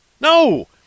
No